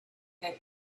had